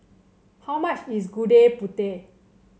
how much is Gudeg Putih